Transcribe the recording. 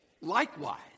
Likewise